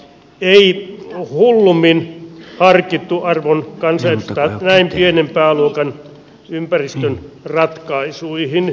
ei hullummin harkittu arvon kansanedustajat näin pienen pääluokan ympäristön ratkaisuihin